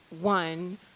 One